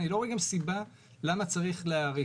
אני גם לא רואה סיבה למה צריך להאריך.